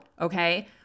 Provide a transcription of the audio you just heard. okay